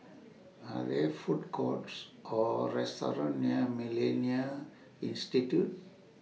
Are There Food Courts Or restaurants near Millennia Institute